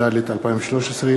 התשע"ד 2013,